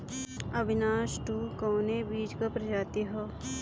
Avinash two कवने बीज क प्रजाति ह?